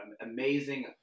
amazing